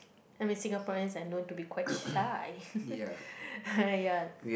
I mean Singaporeans are known to be quite shy ya